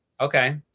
Okay